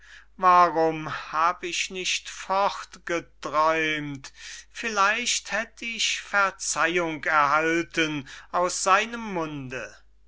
warum hab ich nicht fortgeträumt vielleicht hätt ich verzeihung erhalten aus seinem munde